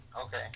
Okay